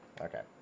Okay